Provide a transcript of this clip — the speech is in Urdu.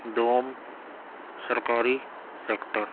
دوم سرکاری سیکٹر